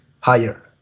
higher